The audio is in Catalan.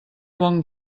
bon